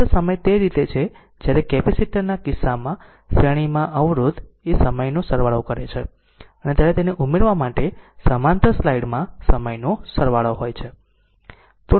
ફક્ત સમય તે રીતે છે જ્યારે કેપેસિટર ના કિસ્સામાં શ્રેણીમાં અવરોધ એ સમયનો સરવાળો કરે છે ત્યારે તેને ઉમેરવા માટે સમાંતર સ્લાઈડમાં સમયનો સરવાળો હોય છે